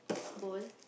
bowl